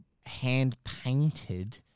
hand-painted